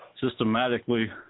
systematically